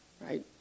right